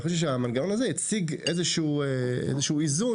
ואני חושב שהמנגנון הזה הציג איזשהו איזון,